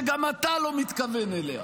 שגם אתה לא מתכוון אליה.